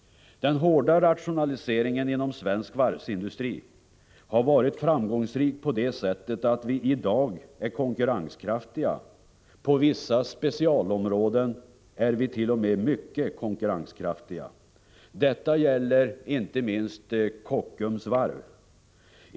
Den hårda rationaliseringen inom svensk varvsindustri har varit framgångsrik på det sättet att vi i dag är konkurrenskraftiga. På vissa specialområden är vi t.o.m. mycket konkurrenskraftiga. Detta gäller inte minst Kockums varv.